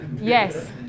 Yes